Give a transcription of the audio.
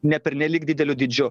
ne pernelyg dideliu dydžiu